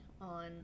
on